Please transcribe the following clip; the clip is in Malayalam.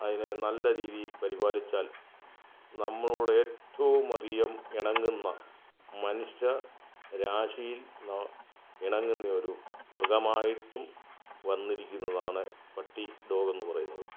അതിനെ നല്ല രീതിയിൽ പരിപാലിച്ചാൽ നമ്മളോട് ഏറ്റവും അധികം ഇണങ്ങുന്ന മനുഷ്യ രാശിയിൽ ഇണങ്ങുന്ന ഒരു മൃഗമായിട്ടും വന്നിരിക്കുന്നതാണ് പട്ടി ഡോഗ് എന്ന് പറയുന്നത്